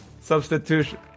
substitution